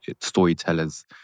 storytellers